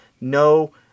no